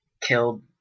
killed